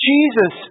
Jesus